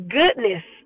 goodness